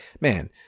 man